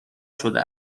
شده